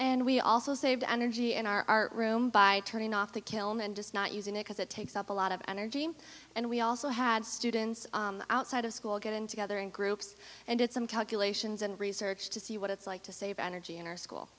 and we also saved energy in our room by turning off the kiln and just not using it because it takes up a lot of energy and we also had students outside of school get in to gather in groups and did some calculations and research to see what it's like to save energy in our school